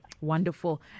Wonderful